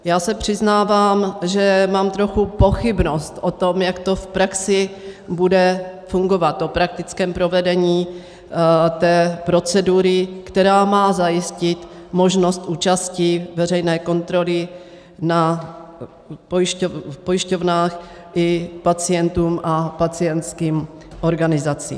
Já se přiznávám, že mám trochu pochybnost o tom, jak to v praxi bude fungovat, o praktickém provedení té procedury, která má zajistit možnost účasti veřejné kontroly v pojišťovnách i pacientům a pacientským organizacím.